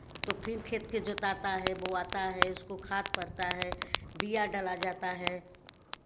तो फिर खेत के जोताता है बोआता है उसको खाद पड़ता है बिया डाला जाता है